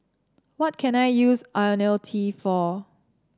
what can I use IoniL T for